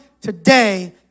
today